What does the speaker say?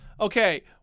okay